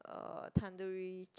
um tandoori